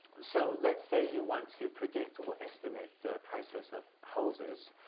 so let's say you want to predict or estimate the prices of houses.